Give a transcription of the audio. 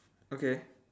okay